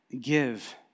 Give